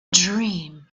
dream